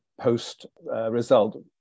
post-result